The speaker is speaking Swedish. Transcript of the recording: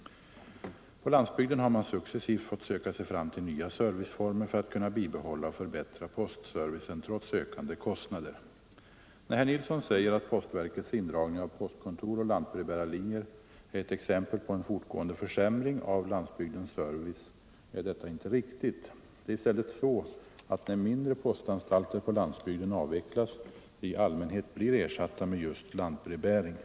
På landsbygden har man successivt fått söka sig fram till nya serviceformer för att kunna bibehålla och förbättra post servicen trots ökande kostnader. Nr 122 När herr Nilsson säger att postverkets indragning av postkontor och Torsdagen den lantbrevbärarlinjer är ett exempel på en fortgående försämring av lands 14 november 1974 bygdens service är detta inte riktigt. Det är i stället så, att när mindre — postanstalter på landsbygden avvecklas, de i allmänhet blir ersatta med Ang. postservicen åt just lantbrevbäring.